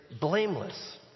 blameless